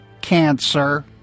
Cancer